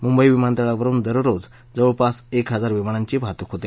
मुंबई विमानतळावरुन दररोज जवळपास एक हजार विमानांची वाहतुक होते